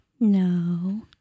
No